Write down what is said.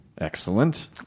Excellent